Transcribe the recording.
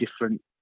different